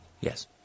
Yes